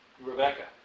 Rebecca